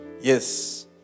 Yes